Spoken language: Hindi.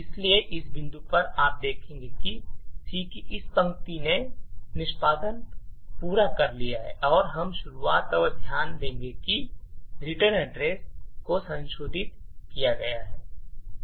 इसलिए इस बिंदु पर आप देखते हैं कि C की इस पंक्ति ने निष्पादन पूरा कर लिया है और हम शुरुआत और ध्यान देंगे कि रिटर्न एड्रेस को संशोधित किया गया है